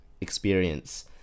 experience